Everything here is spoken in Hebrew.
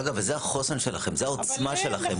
אגב, וזה החוסן שלכם, זה העוצמה שלכם.